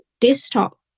desktop